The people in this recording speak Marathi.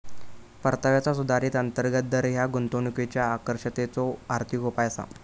परताव्याचा सुधारित अंतर्गत दर ह्या गुंतवणुकीच्यो आकर्षकतेचो आर्थिक उपाय असा